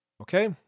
okay